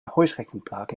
heuschreckenplage